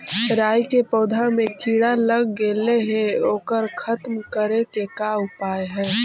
राई के पौधा में किड़ा लग गेले हे ओकर खत्म करे के का उपाय है?